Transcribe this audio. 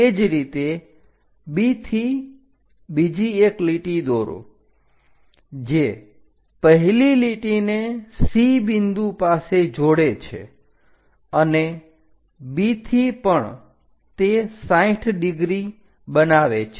તે જ રીતે B થી બીજી એક લીટી દોરો જે પહેલી લીટીને C બિંદુ પાસે જોડે છે અને B થી પણ તે 60 ડિગ્રી બનાવે છે